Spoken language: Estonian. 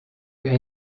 ühe